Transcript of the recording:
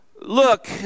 look